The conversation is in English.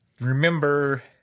remember